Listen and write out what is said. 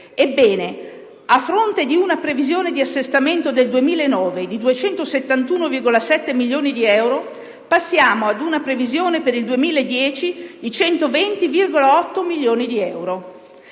Ebbene, a fronte di una previsione di assestamento del 2009 di 271,7 milioni di euro, si passa ad una previsione per il 2010 di 120,8 milioni di euro.